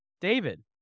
David